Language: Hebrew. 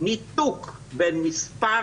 ניתוק בין מספר